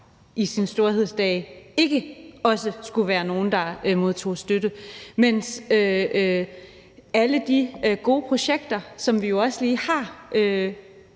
deres storhedsdage ikke også skulle være nogle, der modtog støtte, mens alle de gode projekter, som vi jo også lige har